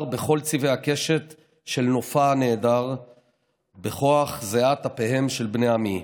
בכל צבעי הקשת של נופה הנהדר בכוח זיעת אפיהם של בני עמי.